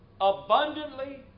abundantly